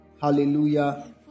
Hallelujah